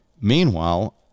Meanwhile